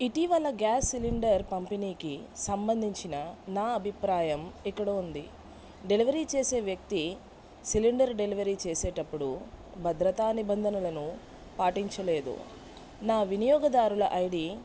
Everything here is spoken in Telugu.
ఇటీవల గ్యాస్ సిలిండర్ కంపెనీకి సంబంధించిన నా అభిప్రాయం ఇక్కడ ఉంది డెలివరీ చేసే వ్యక్తీ సిలిండర్ డెలివరీ చేసేటప్పుడు భద్రతా నిబంధనలను పాటించలేదు నా వినియోగదారుల ID three two one six double five zero six two double two six nine nine four two